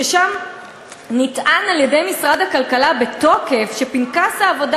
שם נטען על-ידי משרד הכלכלה בתוקף שפנקס העבודה